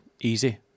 easy